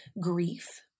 grief